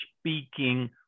speaking